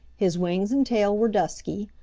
his wings and tail were dusky,